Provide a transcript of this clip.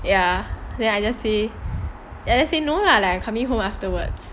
ya then I just say I just say no lah like I'm coming home afterwards